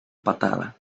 patada